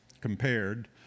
compared